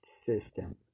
system